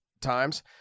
times